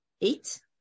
eight